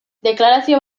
deklarazio